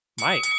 Mike